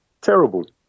terrible